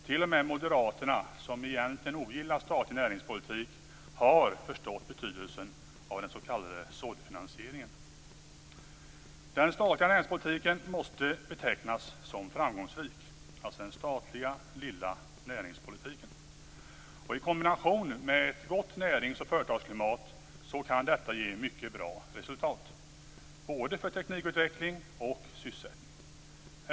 T.o.m. moderaterna som egentligen ogillar statlig näringspolitik har förstått betydelsen av den s.k. såddfinansieringen. Den statliga lilla näringspolitiken måste betecknas som framgångsrik. I kombination med ett gott närings och företagsklimat kan det ge ett mycket bra resultat, både för teknikutveckling och för sysselsättning.